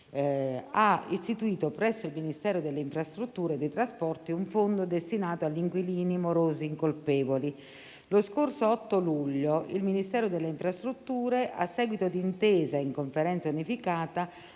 ha istituito presso il Ministero delle infrastrutture e dei trasporti un fondo destinato agli inquilini morosi incolpevoli. Lo scorso 8 luglio il Ministero delle infrastrutture, a seguito di intese in Conferenza unificata,